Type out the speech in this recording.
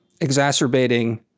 exacerbating